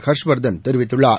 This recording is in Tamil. ஹர்ஷ்வர்தன் தெரிவித்துள்ளார்